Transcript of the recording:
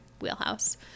wheelhouse